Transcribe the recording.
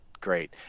great